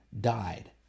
died